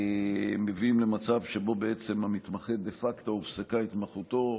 מביאים למצב שבו המתמחה, דה פקטו הופסקה התמחותו.